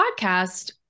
podcast